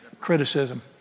Criticism